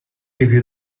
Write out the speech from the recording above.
review